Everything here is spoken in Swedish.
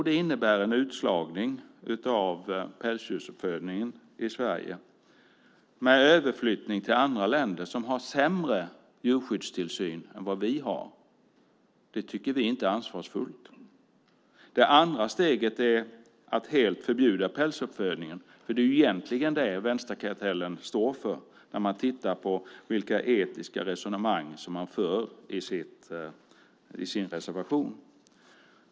Det innebär en utslagning av pälsdjursuppfödningen i Sverige med överflyttning till andra länder som har sämre djurskyddstillsyn än vad vi har. Det tycker inte vi är ansvarsfullt. Det andra steget är att helt förbjuda pälsuppfödningen, för det är egentligen det vänsterkartellen står för. Det kan vi se när vi tittar på vilka etiska resonemang som man för i sin reservation.